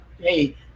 hey